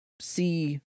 see